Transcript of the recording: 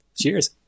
Cheers